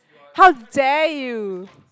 how dare you